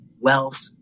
wealth